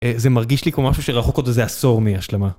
זה מרגיש לי כמו משהו שרחוק עוד איזה עשור מהשלמה.